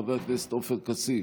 חבר הכנסת עופר כסיף,